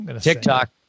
tiktok